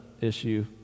issue